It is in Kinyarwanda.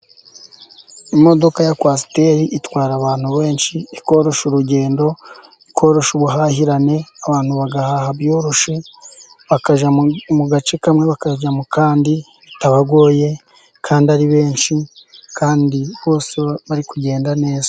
Imodoka ya kwasiteri itwara abantu benshi, ikoroshya urugendo, ikoroshya ubuhahirane, abantu bagahaha, byoroshye bakava mu gace kamwe bakajya mu kandi bitabagoye, kandi ari benshi, kandi bose bari kugenda neza.